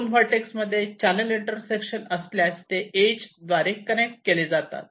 2 vertex मध्ये channel intersection असल्यास ते इज द्वारे कनेक्ट केले जातात